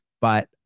but-